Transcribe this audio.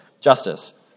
justice